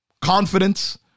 confidence